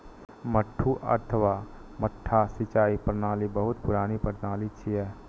मड्डू अथवा मड्डा सिंचाइ प्रणाली बहुत पुरान प्रणाली छियै